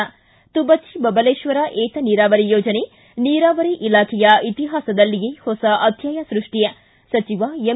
ಿ ತುಬಚಿ ಬಬಲೇಶ್ವರ ಏತನೀರಾವರಿ ಯೋಜನೆ ನೀರಾವರಿ ಇಲಾಖೆ ಇತಿಹಾಸದಲ್ಲಿಯೇ ಹೊಸ ಅಧ್ಯಾಯ ಸೃಷ್ಟಿ ಸಚಿವ ಎಂ